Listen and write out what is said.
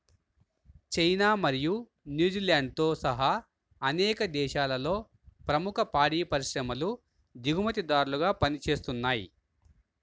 China మరియు న్యూజిలాండ్తో సహా అనేక దేశాలలో ప్రముఖ పాడి పరిశ్రమలు దిగుమతిదారులుగా పనిచేస్తున్నయ్